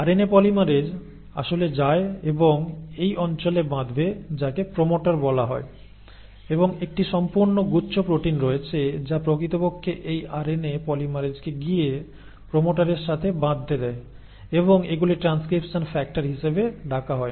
RNA polymerase আসলে যায় এবং এই অঞ্চলে বাঁধবে যাকে প্রমোটার বলা হয় এবং একটি সম্পূর্ণ গুচ্ছ প্রোটিন রয়েছে যা প্রকৃতপক্ষে এই আরএনএ পলিমারেজকে গিয়ে প্রমোটারের সাথে বাঁধতে দেয় এবং এগুলি ট্রান্সক্রিপশন ফ্যাক্টর হিসাবে ডাকা হয়